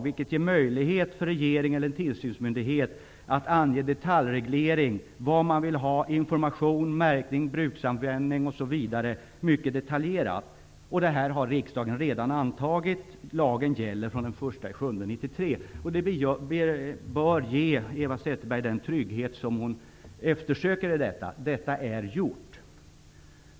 Det ger regeringen eller tillsynsmyndighet möjlighet att ange detaljreglering. Det kan gälla information, märkning och bruksanvändning. Det här har riksdagen redan antagit. Lagen gäller fr.o.m. den 1 juli 1993. Detta bör ge Eva Zetterberg den trygghet som hon strävar efter. Det här är redan gjort.